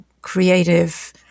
creative